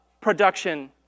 production